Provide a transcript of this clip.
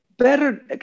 Better